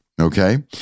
okay